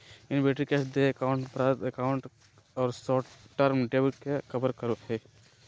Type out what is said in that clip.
inventory cash देय account प्राप्य account और शॉर्ट टर्म डेब्ट के कवर करो हइ